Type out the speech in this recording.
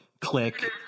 Click